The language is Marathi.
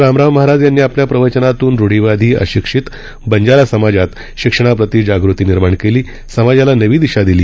रामराव महाराज यांनी आपल्या प्रवचनातून रुढीवादी अशिक्षित बंजारा समाजामध्ये शिक्षणाप्रती जागृती निर्माण केली समाजाला नवी दिशा दिली